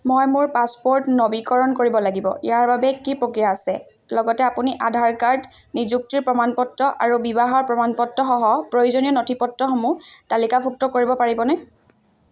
মই মোৰ পাছপোৰ্ট নৱীকৰণ কৰিব লাগিব ইয়াৰ বাবে কি প্ৰক্ৰিয়া আছে লগতে আপুনি আধাৰ কাৰ্ড নিযুক্তিৰ প্ৰমাণপত্ৰ আৰু বিবাহৰ প্ৰমাণপত্ৰসহ প্ৰয়োজনীয় নথিপত্ৰসমূহ তালিকাভুক্ত কৰিব পাৰিবনে